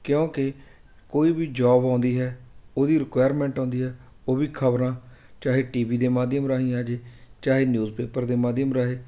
ਕਿਉਂਕਿ ਕੋਈ ਵੀ ਜੋਬ ਆਉਂਦੀ ਹੈ ਉਹਦੀ ਰਿਕੁਆਇਰਮੈਂਟ ਆਉਂਦੀ ਹੈ ਉਹ ਵੀ ਖਬਰਾਂ ਚਾਹੇ ਟੀਵੀ ਦੇ ਮਾਧਿਅਮ ਰਾਹੀਂ ਆ ਜੇ ਚਾਹੇ ਨਿਊਜ਼ਪੇਪਰ ਦੇ ਮਾਧਿਅਮ ਰਾਹੀਂ